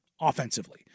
offensively